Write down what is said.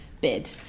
bid